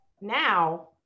now